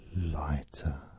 lighter